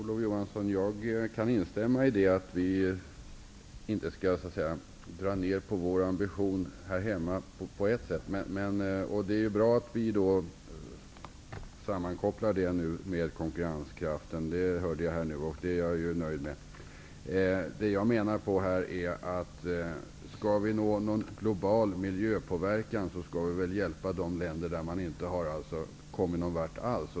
Fru talman! Jag kan instämma i att vi inte skall dra ner på vår ambition här hemma, Olof Johansson. Det är bra att det nu görs en sammankoppling med konkurrenskraften. Jag menar att vi för att uppnå en global miljöpåverkan måste hjälpa de länder som inte har kommit någon vart.